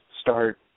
start